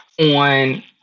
on